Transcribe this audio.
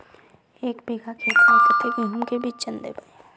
एक बिगहा खेत में कते गेहूम के बिचन दबे?